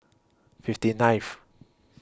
fifty ninth